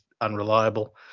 unreliable